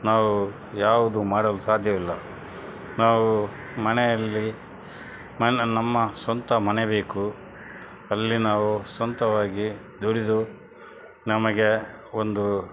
ನಾವು ಯಾವುದು ಮಾಡಲು ಸಾಧ್ಯವಿಲ್ಲ ನಾವು ಮನೆಯಲ್ಲಿ ಮನೆ ನಮ್ಮ ಸ್ವಂತ ಮನೆ ಬೇಕು ಅಲ್ಲಿ ನಾವು ಸ್ವಂತವಾಗಿ ದುಡಿದು ನಮಗೆ ಒಂದು